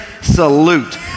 salute